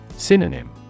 Synonym